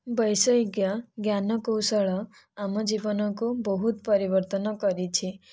ବୈଷୟିକ ଜ୍ଞାନ କୌଶଳ ଆମ ଜୀବନକୁ ବହୁତ ପରିବର୍ତ୍ତନ କରିଛି